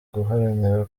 guharanira